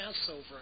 Passover